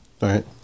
right